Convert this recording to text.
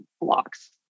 blocks